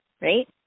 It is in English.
right